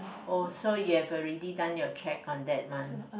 oh so you have already done your check on that month